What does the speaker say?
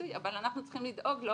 אבל אנחנו צריכים לדאוג לו